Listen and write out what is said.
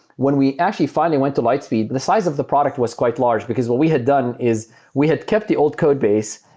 when we actually finally went to lightspeed, the size of the product was quite large, because what we had done is we had kept the old codebase,